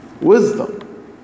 Wisdom